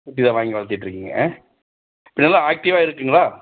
குட்டியாக வாங்கி வளர்த்திட்ருக்கீங்க ஆ நல்லா ஆக்டிவ்வாக இருக்குதுங்களா